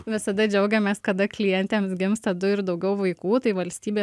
visada džiaugiamės kada klientėms gimsta du ir daugiau vaikų tai valstybė